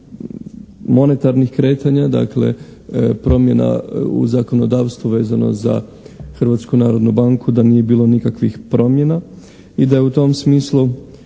monetarnih kretanja, dakle promjena u zakonodavstvu vezano za Hrvatsku narodnu banku da nije bilo nikakvih promjena i da je u tom smislu